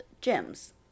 GEMS